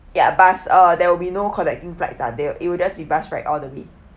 ya bus uh there will be no connecting flights uh there it will just be bus right all the